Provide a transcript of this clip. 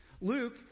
Luke